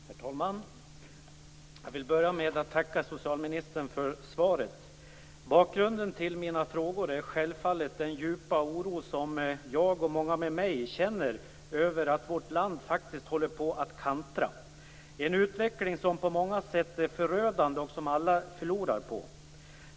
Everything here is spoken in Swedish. Herr talman! Jag vill börja med att tacka socialministern för svaret. Bakgrunden till mina frågor är självfallet den djupa oro som jag och många med mig känner över att vårt land faktiskt håller på att kantra, en utveckling som på många sätt är förödande och som alla förlorar på.